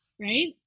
right